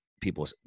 people